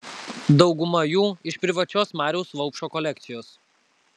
dauguma jų iš privačios mariaus vaupšo kolekcijos